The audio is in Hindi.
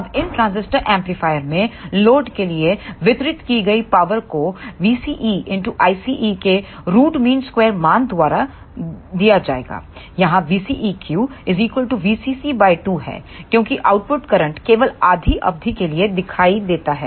अब इन ट्रांजिस्टर एम्पलीफायर में लोड के लिए वितरित की गई पावर को Vce Ice के रूट मीन स्क्वेयर मान द्वारा दिया जाएगा यहाँ VCEQ VCC 2 है क्योंकि आउटपुट करंट केवल आधी अवधि के लिए दिखाई देता है